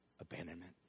Abandonment